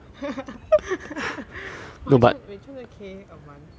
!wah! three hund~ wait three hundred K a month